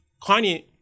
Kanye